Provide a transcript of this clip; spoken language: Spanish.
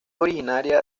originaria